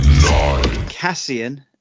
Cassian